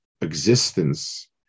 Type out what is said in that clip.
existence